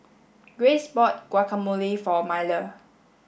Grace bought Guacamole for Miller